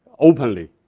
openly,